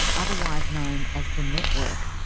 otherwise known as the network.